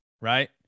right